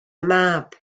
mab